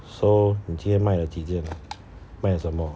so 你今天卖了几件卖什么